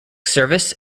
service